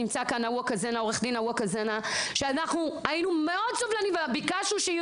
נמצא כאן ווקה זנה שאנחנו היינו מאוד סובלניים אבל ביקשנו שיהיו